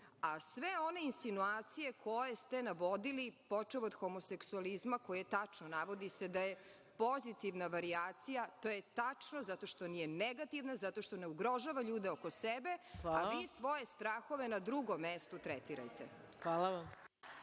a sve one insinuacije koje ste navodili počev od homoseksualizma, koji je tačno navodi se da je pozitivna varijacija, to je tačno zato što nije negativna, zato što ne ugrožava ljude oko sebe. Vi svoje strahove na drugom mestu tretirajte. **Maja